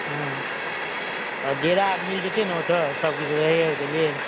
ह्म्म आओर डेरा आओर मिल जेतै ने ओतय सभके रहैके लेल